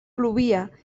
plovia